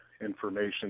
information